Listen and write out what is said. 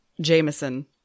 Jameson